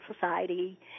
society